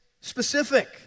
specific